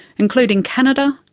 including canada,